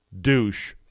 douche